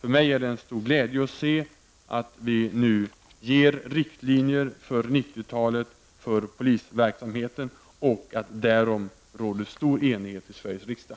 Det är med stor glädje som jag ser att vi nu ger riktlinjer för 90-talet beträffande polisverksamheten och att det råder stor enighet därom i Sveriges riksdag.